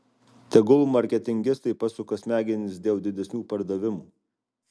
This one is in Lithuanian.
tegul marketingistai pasuka smegenis dėl didesnių pardavimų